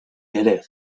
ere